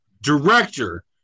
director